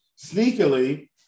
sneakily –